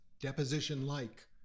deposition-like